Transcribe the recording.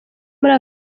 muri